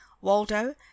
Waldo